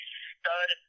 stud